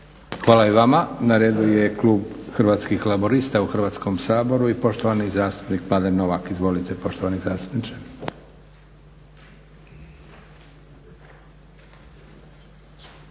Hvala i vama. Na redu je Klub hrvatskih laburista u Hrvatskom saboru i poštovani zastupnik Mladen Novak. Izvolite poštovani zastupniče.